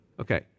Okay